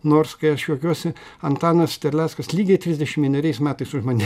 nors kai aš juokiuosi antanas terleckas lygiai trisdešim vieneriais metais už mane